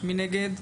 מי נגד?